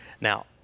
now